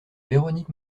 véronique